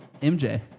MJ